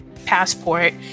passport